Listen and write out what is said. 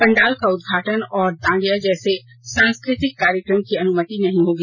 पंडाल का उद्घाटन और दांड्या जैसे सांस्कृतिक कार्यक्रम की अनुमति नहीं होगी